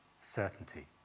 certainty